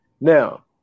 Now